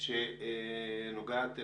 שנוגעת אליך.